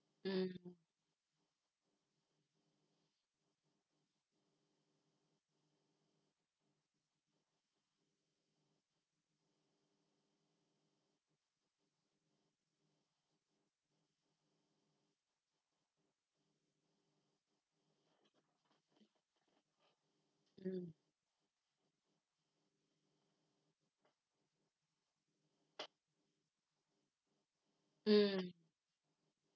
mmhmm mm mm